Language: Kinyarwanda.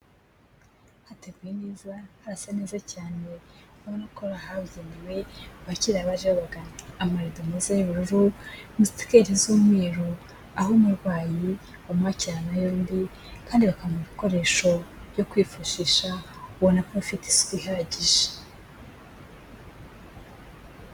Hateguye neza, harasa neza cyane, urabona ko ari ahabugenewe bakirira abaje babagana. Amarido meza y'ubururu, musitikeri z'umweru, aho umurwayi bamwakirana yombi, kandi bakamuha ibikoresho byo kwifashisha, ubona ko hafite isuku ihagije.